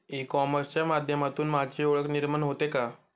E कॉमर्सच्या माध्यमातून माझी ओळख निर्माण होते का?